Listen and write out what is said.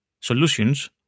Solutions